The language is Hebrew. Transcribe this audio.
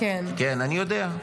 כן, אני יודע.